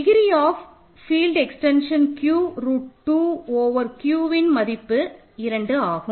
degree of field extension Q root 2 over Qன் மதிப்பு 2 ஆகும்